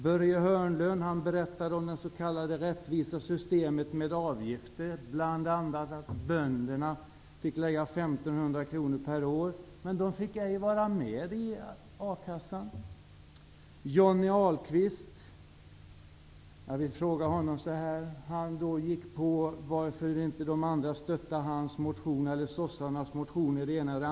Börje Hörnlund berättade om det s.k. rättvisa systemet med avgifter, där bl.a. bönderna fått betala 1 500 kr per år utan att få vara med i akassan. Johnny Ahlqvist klagade över att hans och andra socialdemokratiska motioner i olika frågor inte fått stöd från andra håll.